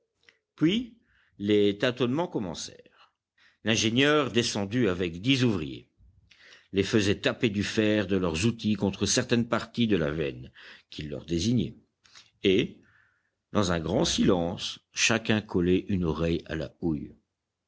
puis les tâtonnements commencèrent l'ingénieur descendu avec dix ouvriers les faisait taper du fer de leurs outils contre certaines parties de la veine qu'il leur désignait et dans un grand silence chacun collait une oreille à la houille